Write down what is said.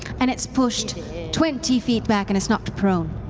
and it's pushed twenty feet back and it's knocked prone.